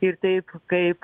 ir taip kaip